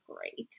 great